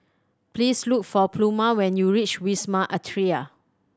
please look for Pluma when you reach Wisma Atria